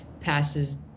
passes